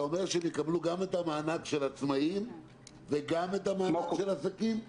אתה אומר שהם יקבלו גם את המענק של עצמאים וגם את המענק של עסקים?